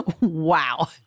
Wow